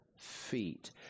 feet